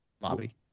Bobby